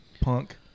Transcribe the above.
punk